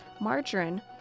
Margarine